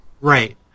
Right